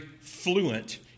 fluent